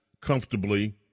comfortably